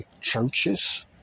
churches